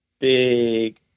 big